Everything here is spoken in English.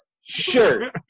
sure